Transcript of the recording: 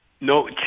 No